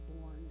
born